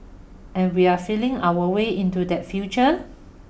and we're feeling our way into that future